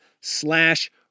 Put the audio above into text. slash